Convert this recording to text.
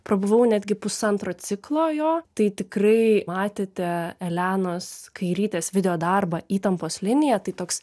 prabuvau netgi pusantro ciklo jo tai tikrai matėte elenos kairytės videodarbą įtampos linija tai toks